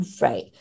Right